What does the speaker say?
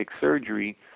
surgery